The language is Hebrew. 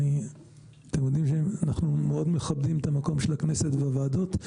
אתם יודעים שאנחנו מאוד מכבדים את המקום של הכנסת הוועדות.